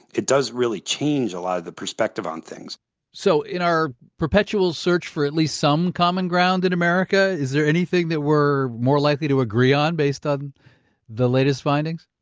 it does really change a lot of the perspective on things so in our perpetual search for at least some common ground in america, is there anything that we're more likely to agree on based on the latest findings?